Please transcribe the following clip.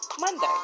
Monday